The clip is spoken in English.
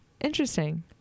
interesting